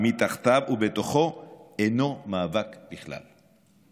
מתחתיו ובתוכו אינו מאבק בכלל.